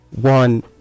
One